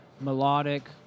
melodic